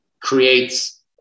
creates